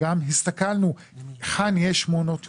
גם הסתכלנו היכן יש מעונות יום,